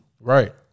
Right